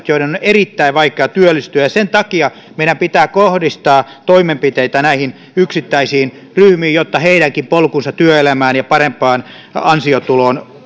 joiden on erittäin vaikea työllistyä ja sen takia meidän pitää kohdistaa toimenpiteitä näihin yksittäisiin ryhmiin jotta heidänkin polkunsa työelämään ja parempaan ansiotuloon